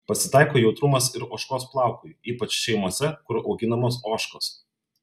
pasitaiko jautrumas ir ožkos plaukui ypač šeimose kur auginamos ožkos